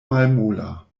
malmola